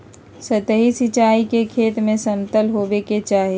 सतही सिंचाई के खेत के समतल होवे के चाही